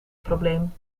probleem